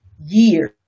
years